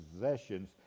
possessions